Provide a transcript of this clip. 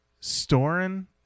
storing